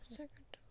Second